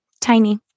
Tiny